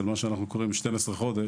למה שאנחנו קוראים "12 חודשים".